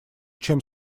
чем